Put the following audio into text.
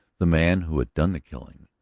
the man who had done the killing.